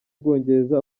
bwongereza